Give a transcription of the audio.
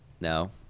No